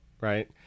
Right